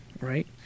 right